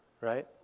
Right